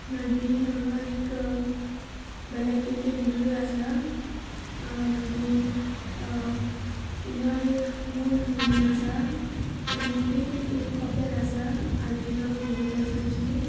मागीर हांगा एक भलायकी केंद्रय आसा मागीर हांगा एक मूत म्हणून आसा त्या मूतीर एक कपेल आसा अवर लेडी ऑफ मिरिकल्सांची